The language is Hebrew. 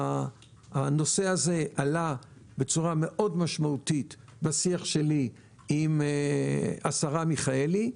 הנושא הזה עלה בצורה משמעותית מאוד בשיח שלי עם השרה מיכאלי,